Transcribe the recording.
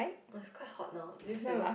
oh it's quite hot now do you feel